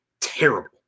terrible